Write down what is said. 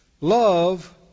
Love